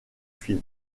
film